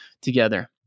together